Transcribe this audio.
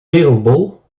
wereldbol